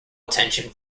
attention